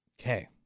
Okay